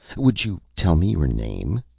would you tell me your name?